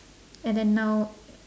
and then now